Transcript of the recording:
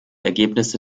ergebnisse